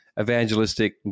evangelistic